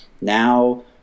Now